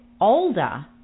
older